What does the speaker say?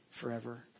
forever